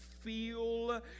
feel